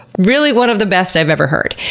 really one of the best i've ever heard.